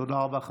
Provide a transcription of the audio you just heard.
תודה רבה.